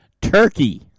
Turkey